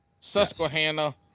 Susquehanna